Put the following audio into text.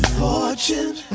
fortune